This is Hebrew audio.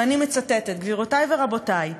ואני מצטטת, גבירותי ורבותי: